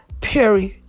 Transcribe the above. period